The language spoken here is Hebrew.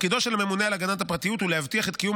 תפקידו של הממונה על הגנת הפרטיות הוא להבטיח את קיום